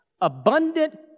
abundant